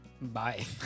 Bye